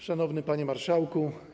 Szanowny Panie Marszałku!